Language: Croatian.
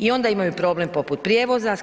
I onda imaju problem poput prijevoza